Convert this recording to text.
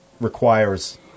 requires